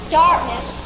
darkness